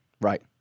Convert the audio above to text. Right